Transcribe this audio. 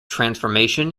transformation